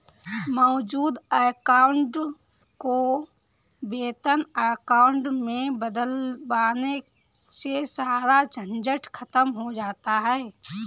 मौजूद अकाउंट को वेतन अकाउंट में बदलवाने से सारा झंझट खत्म हो जाता है